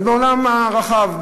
אבל בעולם הרחב,